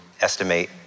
estimate